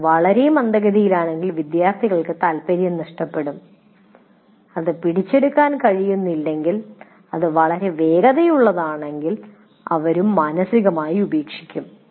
ഇത് വളരെ മന്ദഗതിയിലാണെങ്കിൽ വിദ്യാർത്ഥികൾക്ക് താൽപര്യം നഷ്ടപ്പെടും അത് പിടിക്കാൻ കഴിയുന്നില്ലെങ്കിൽ അത് വളരെ വേഗതയുള്ളതാണെങ്കിൽ അവരും മാനസികമായി ഉപേക്ഷിക്കും